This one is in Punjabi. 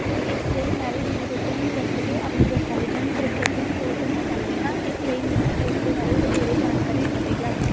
ਅਤੇ ਇਸ ਲਈ ਮੈਂ ਵੀ ਡਿਜੀਲੋਕਰ ਨੂੰ ਵਰਤ ਕੇ ਆਪਣੇ ਦਸਤਾਵੇਜ਼ਾਂ ਨੂੰ ਸੁਰੱਖਿਅਤ ਲਈ ਸਟੋਰ ਕਰਨਾ ਚਾਹੁੰਦੀ ਹਾਂ ਇਸ ਲਈ ਮੈਨੂੰ ਇਸ ਦੇ ਬਾਰੇ ਵਧੇਰੇ ਜਾਣਕਾਰੀ ਦਿੱਤੀ ਜਾਵੇ